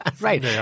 Right